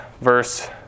verse